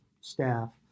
staff